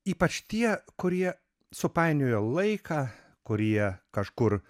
ypač tie kurie supainiojo laiką kurie kažkur